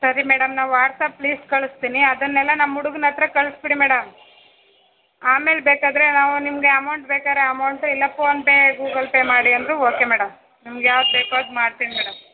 ಸರಿ ಮೇಡಮ್ ನಾವು WhatsApp list ಕಳಿಸ್ತೀನಿ ಅದನ್ನೆಲ್ಲ ನಮ್ಮ ಹುಡುಗ್ನ ಹತ್ತಿರ ಕಳ್ಸ್ಬಿಡಿ ಮೇಡಮ್ ಆಮೇಲೆ ಬೇಕಾದರೆ ನಾವು ನಿಮಗೆ ಅಮೌಂಟ್ ಬೇಕಾದ್ರೆ ಅಮೌಂಟ್ ಇಲ್ಲ ಫೋನ್ಪೇ ಗೂಗಲ್ಪೇ ಮಾಡಿ ಅಂದರೂ ಓಕೆ ಮೇಡಮ್ ನಿಮ್ಗೆ ಯಾವ್ದು ಬೇಕೋ ಅದು ಮಾಡ್ತೀನಿ ಮೇಡಮ್